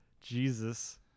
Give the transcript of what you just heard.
Jesus